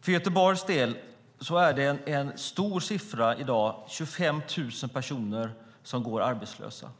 För Göteborgs del är det en hög siffra i dag. 25 000 personer går arbetslösa.